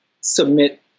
submit